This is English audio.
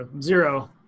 zero